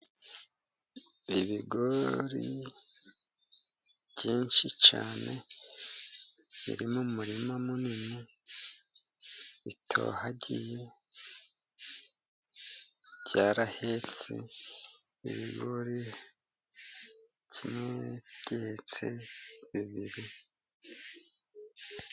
Ibigori byinshi cyane, biri mu murima munini bitohagiye byarahetse ibigori, kimwe gihetse bibiri.